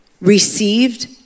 received